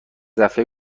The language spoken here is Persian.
دفعه